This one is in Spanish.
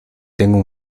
tengo